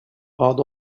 out